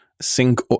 sync